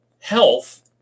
health